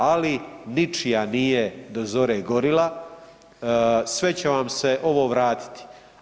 Ali ničija nije do zore gorila, sve će vam se ovo vratiti.